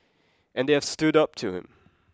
and they have stood up to him